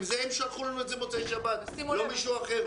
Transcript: הם שלחו לנו את זה מוצאי שבת, לא מישהו אחר.